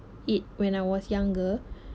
it when I was younger